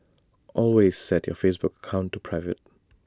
always set your Facebook account to private